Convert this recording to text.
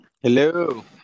Hello